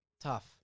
Tough